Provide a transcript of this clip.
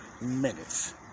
minutes